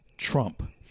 Trump